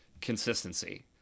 consistency